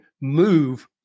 move